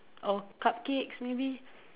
or cupcakes maybe